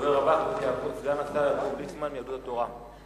הדובר הבא, סגן השר יעקב ליצמן, יהדות התורה.